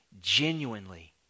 genuinely